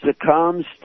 succumbs